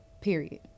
Period